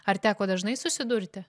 ar teko dažnai susidurti